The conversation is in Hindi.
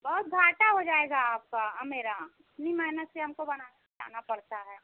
बहुत घाटा हो जाएगा आपका मेरा इतनी मेहनत से हमको बनाना मँगाना पड़ता है